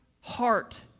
heart